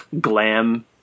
glam